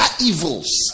evils